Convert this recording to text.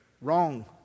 Wrong